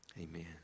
amen